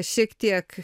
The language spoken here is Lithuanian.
šiek tiek